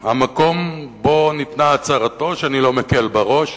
המקום שבו ניתנה הצהרתו, ואני לא מקל בה ראש,